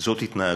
זאת התנהגותו,